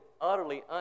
utterly